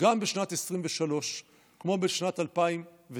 גם בשנת 2023, כמו בשנת 2009,